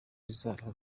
bizaba